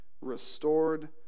restored